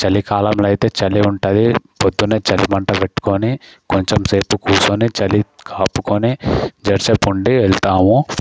చలికాలంలో అయితే చలి ఉంటుంది పొద్దునే చలి మంట పెట్టుకొని కొంచం సేపు కూర్చొని చలి కాపుకొని జరసప్ ఉండి వెళ్తాము